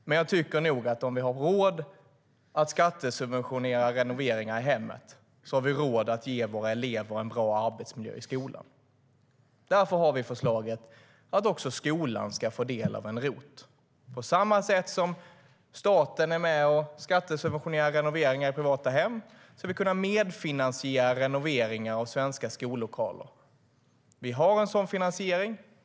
Men om vi har råd att skattesubventionera renoveringar i hemmet tycker jag nog att vi har råd att ge våra elever en bra arbetsmiljö i skolan. Därför har vi förslaget att också skolan ska få del av ROT. På samma sätt som staten är med och skattesubventionerar renoveringar av privata hem skulle vi kunna medfinansiera renoveringar av svenska skollokaler. Vi har en sådan finansiering.